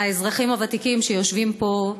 האזרחים הוותיקים שיושבים פה,